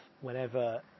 whenever